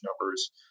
numbers